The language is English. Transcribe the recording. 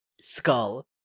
skull